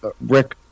Rick